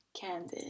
Candid